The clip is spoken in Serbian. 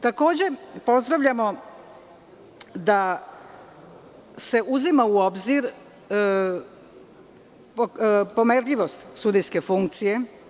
Takođe, pozdravljamo to što se uzima u obzir pomerljivost sudijske funkcije.